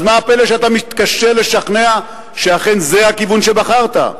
אז מה הפלא שאתה מתקשה לשכנע שאכן זה הכיוון שבחרת?